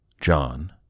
John